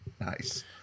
Nice